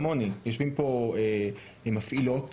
מפעילות